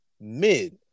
mid